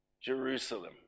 Jerusalem